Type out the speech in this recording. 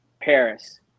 Paris